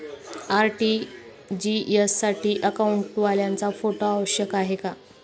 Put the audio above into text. RTGS साठी अकाउंटवाल्याचा photo आवश्यक आहे का?